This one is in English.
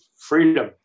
freedom